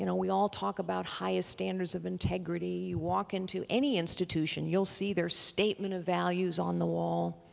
you know we all talk about highest standards of integrity. walk into any institution, you'll see their statement of values on the wall.